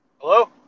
Hello